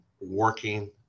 working